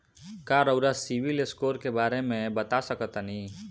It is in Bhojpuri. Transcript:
का रउआ सिबिल स्कोर के बारे में बता सकतानी?